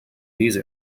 these